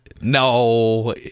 No